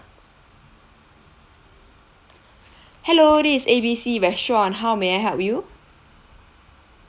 hello this is A_B_C restaurant how may I help you